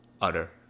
utter